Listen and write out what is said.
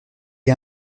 est